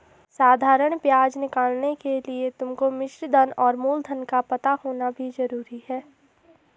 साधारण ब्याज निकालने के लिए तुमको मिश्रधन और मूलधन का पता होना भी जरूरी है